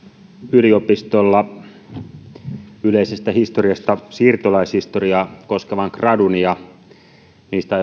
yliopistolla yleisestä historiasta siirtolaishistoriaa koskevan gradun niistä